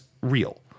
real